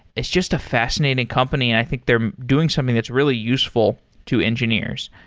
it's just a fascinating company and i think they're doing something that's really useful to engineers.